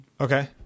Okay